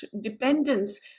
dependence